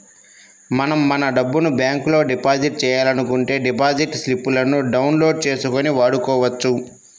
మనం మన డబ్బును బ్యాంకులో డిపాజిట్ చేయాలనుకుంటే డిపాజిట్ స్లిపులను డౌన్ లోడ్ చేసుకొని వాడుకోవచ్చు